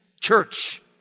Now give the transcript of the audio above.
church